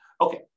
Okay